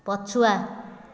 ପଛୁଆ